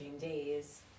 days